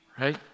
right